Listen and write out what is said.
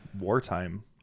wartime